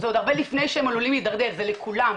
הרבה לפני שהם עלולים להתדרדר, ולכולם.